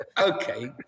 Okay